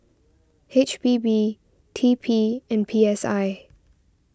H P B T P and P S I